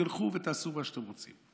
תלכו ותעשו מה שאתם רוצים.